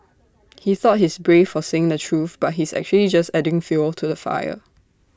he thought he's brave for saying the truth but he's actually just adding fuel to the fire